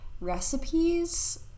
recipes